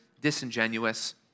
disingenuous